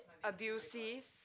abusive